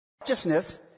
Righteousness